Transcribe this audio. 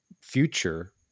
future